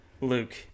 luke